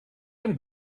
some